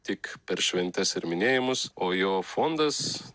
tik per šventes ir minėjimus o jo fondas